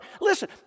Listen